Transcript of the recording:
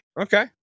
okay